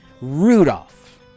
Rudolph